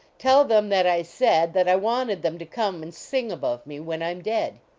tell them that i said that i wanted them to come and sing above me when i m dead!